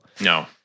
No